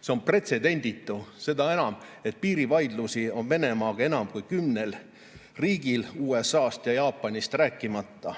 See on pretsedenditu!" [Samas] on piirivaidlusi Venemaaga enam kui kümnel riigil, kaasa arvatud USA ja Jaapanist rääkimata.